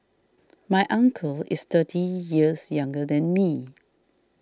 my uncle is thirty years younger than me